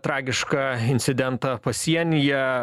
tragišką incidentą pasienyje